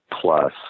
plus